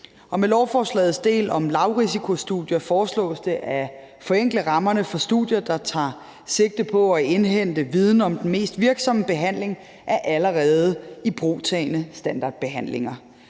Med lovforslagets del om lavrisikostudier foreslås det at forenkle rammerne for studier, der tager sigte på at indhente viden om den mest virksomme behandling af allerede ibrugtagne standardbehandlinger.